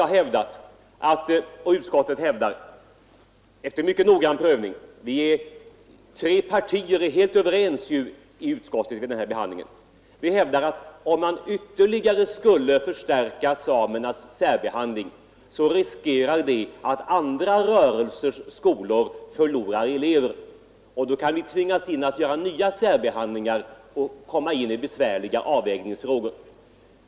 I det sammanhanget har jag och utskottsmajoriteten — tre partier inom utskottet är helt överens i denna fråga — hävdat att en ytterligare förstärkning av samernas särbehandling medför risk för att andra rörelseskolor förlorar elever, vilket kan leda till besvärliga avvägningsfrågor.